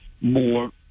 more